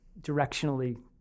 directionally